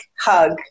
hug